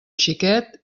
xiquet